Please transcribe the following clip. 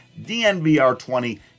DNVR20